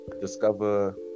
discover